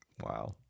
Wow